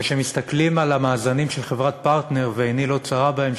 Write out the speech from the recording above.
אבל כשמסתכלים על המאזנים של חברת "פרטנר" ועיני לא צרה בהם,